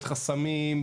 חסמים,